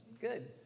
Good